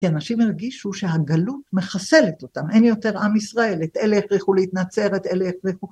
כי אנשים הרגישו שהגלות מחסלת אותם, אין יותר עם ישראל, את אלה הכריחו להתנצר, את אלה הכריחו...